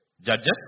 Judges